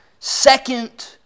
Second